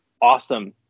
awesome